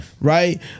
Right